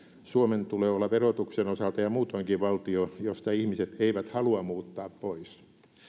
suomen tulee olla verotuksen osalta ja muutoinkin valtio josta ihmiset eivät halua muuttaa pois